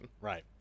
Right